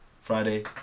Friday